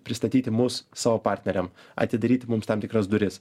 pristatyti mus savo partneriam atidaryt mums tam tikras duris